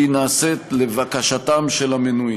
היא נעשית לבקשתם של המנויים.